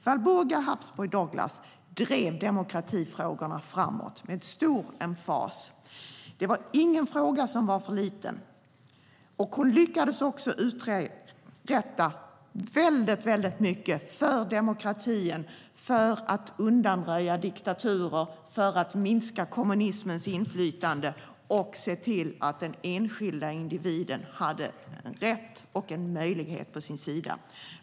Walburga Habsburg Douglas drev demokratifrågorna framåt med stor emfas. Det var ingen fråga som var för liten, och hon lyckades också uträtta väldigt mycket för demokratin, för att undanröja diktaturer, för att minska kommunismens inflytande och för att se till att den enskilda individen hade rätt och möjlighet på sin sida.